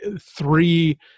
three